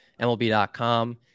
MLB.com